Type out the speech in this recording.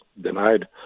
denied